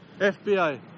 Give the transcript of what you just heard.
FBI